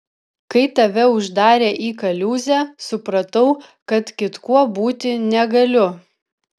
kai tave uždarė į kaliūzę supratau kad kitkuo būti negaliu